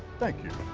thank you.